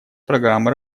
программы